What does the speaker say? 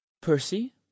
Percy